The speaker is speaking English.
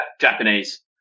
Japanese